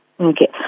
Okay